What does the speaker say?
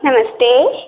नमस्ते